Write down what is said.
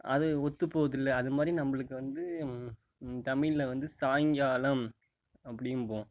அது ஒத்துப்போதில்ல அது மாதிரி நம்மளுக்கு வந்து தமிழில் வந்து சாயங்காலம் அப்படிம்போம்